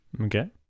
okay